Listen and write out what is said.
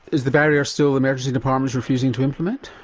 is the barrier still emergency departments refusing to implement?